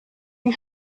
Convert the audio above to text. wie